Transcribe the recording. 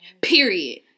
Period